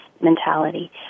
mentality